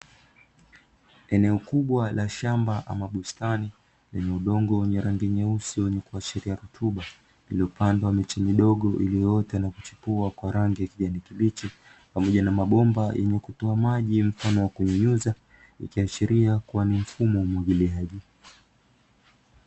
Eneo kubwa la shamba ama bustani lenye udongo wenye rangi nyeusi wenye kuashiria rutuba, lililopandwa miche midogo iliyoota na kuchipua kwa rangi ya kijani kibichi, pamoja na mabomba yenye kutoa maji mfano wa kunyunyiza; ikiashiria kuwa ni mfumo wa umwagiliaji.